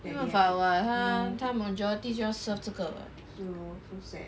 没有办法 what 他他 majority 就要 serve 这个